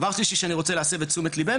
דבר שני שאני רוצה להסב את תשומת ליבנו